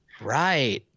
right